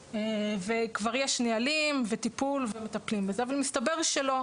וכבר יש נהלים וטיפול ומטפלים בזה אבל מסתבר שלא,